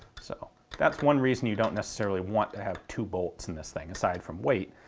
so that's one reason you don't necessarily want to have two bolts in this thing, aside from weight,